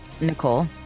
Nicole